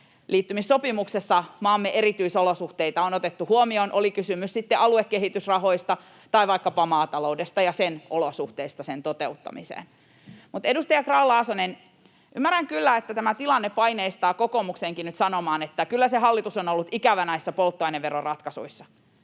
liittymissopimuksessa maamme erityisolosuhteita on otettu huomioon, oli kysymys sitten aluekehitysrahoista tai vaikkapa maataloudesta ja olosuhteista sen toteuttamiseen. Edustaja Grahn-Laasonen, ymmärrän kyllä, että tämä tilanne paineistaa kokoomuksenkin nyt sanomaan, että kyllä se hallitus on ollut ikävä näissä polttoaineveroratkaisuissa,